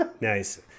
Nice